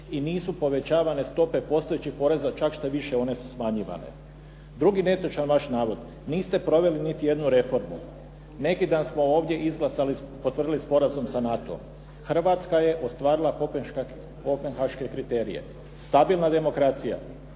i nisu povećavane stope postojećih poreza, čak štoviše, one su smanjivane. Drugi netočan vaš navod, niste proveli niti jednu reformu. Neki dan smo ovdje izglasali, potvrdili sporazum sa NATO-om. Hrvatska je ostvarila Kopenhaške kriterije. Stabilna demokracija,